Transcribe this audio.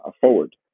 forward